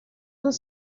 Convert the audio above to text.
does